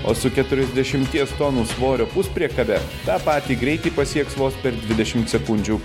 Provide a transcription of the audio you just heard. o su keturiasdešimties tonų svorio puspriekabe tą patį greitį pasieks vos per dvidešimt sekundžių